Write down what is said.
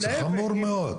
זה חמור מאוד.